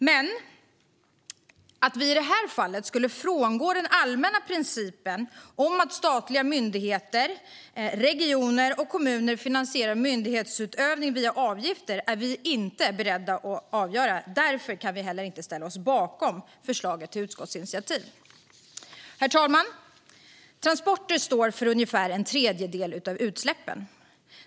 Men att i det här fallet frångå den allmänna principen om att statliga myndigheter, regioner och kommuner finansierar myndighetsutövning via avgifter är vi inte beredda att göra. Därför kan vi heller inte ställa oss bakom förslaget till utskottsinitiativ. Herr talman! Transporter står för ungefär en tredjedel av utsläppen.